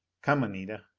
come, anita.